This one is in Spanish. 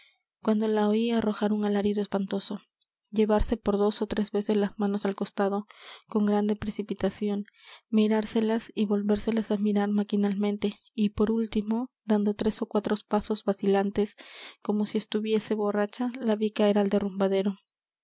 cuando la oí arrojar un alarido espantoso llevarse por dos ó tres veces las manos al costado con grande precipitación mirárselas y volvérselas á mirar maquinalmente y por último dando tres ó cuatro pasos vacilantes como si estuviese borracha la vi caer al derrumbadero uno